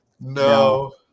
No